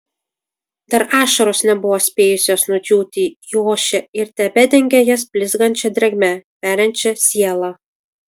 dar ašaros nebuvo spėjusios nudžiūti į ošę ir tebedengė jas blizgančia drėgme veriančia sielą